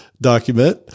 document